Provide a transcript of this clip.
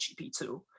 GP2